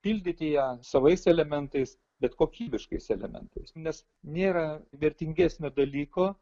pildyti ją savais elementais bet kokybiškais elementais nes nėra vertingesnio dalyko